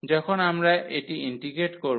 যখন আমরা এটি ইন্টিগ্রেট করব